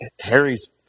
Harry's